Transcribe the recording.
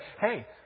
Hey